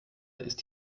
ist